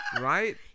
Right